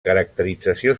caracterització